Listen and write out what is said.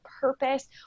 purpose